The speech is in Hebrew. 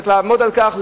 צריך לעמוד על כך,